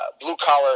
blue-collar